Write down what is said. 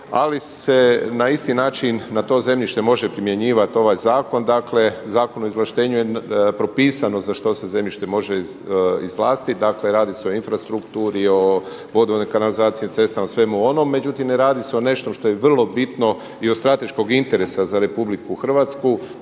ali se na isti način na to zemljište može primjenjivati ovaj zakon. Dakle u Zakonu o izvlaštenju je propisano za što se zemljište može izvlastiti, dakle radi se o infrastrukturi, o vodovodu, kanalizaciji, cestama, svemu onom. Međutim, ne radi se o nečemu što je vrlo bitno i od strateškog interesa za RH, o zemljištu